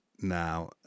now